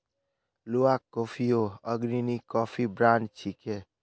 Luwak कॉफियो अग्रणी coffee brand छिके